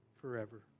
forever